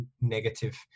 negative